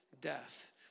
death